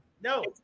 No